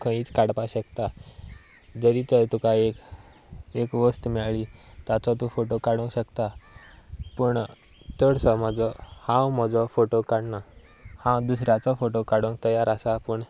खंयच काडपाक शकता जरी तर तुका एक एक वस्त मेळ्ळी ताचो तूं फोटो काडूंक शकता पूण चडसो म्हजो हांव म्हजो फोटो काडिना हांव दुसऱ्याचो फोटो काडूंक तयार आसा पूण